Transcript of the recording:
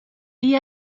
igl